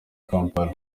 kampala